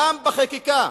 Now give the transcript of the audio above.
גם בחקיקה.